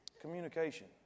Communication